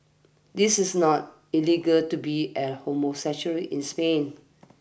this is not illegal to be a homosexual in Spain